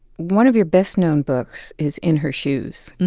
one of your best-known books is in her shoes,